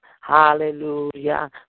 Hallelujah